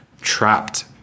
trapped